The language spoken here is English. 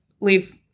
leave